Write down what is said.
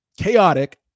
chaotic